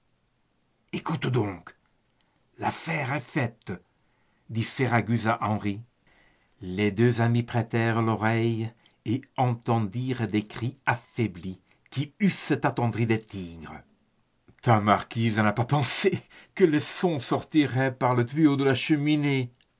écoute donc l'affaire est faite dit ferragus à henri les deux amis prêtèrent l'oreille et entendirent des cris affaiblis qui eussent attendri des tigres ta marquise n'a pas pensé que les sons sortiraient par le tuyau de la cheminée